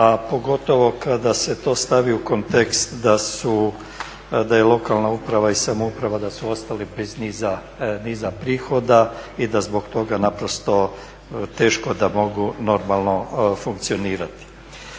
a pogotovo kada se to stavi u kontekst da je lokalna uprava i samouprava da su ostali bez niza prihoda i da zbog toga naprosto teško da mogu normalno funkcionirati.